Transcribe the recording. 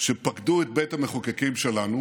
שפקדו את בית המחוקקים שלנו.